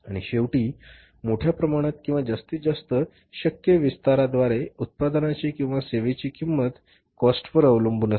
आणि शेवटी मोठ्या प्रमाणात किंवा जास्तीत जास्त शक्य विस्ताराद्वारे उत्पादनाची किंवा सेवेची किंमत कॉस्ट वर अवलंबून असते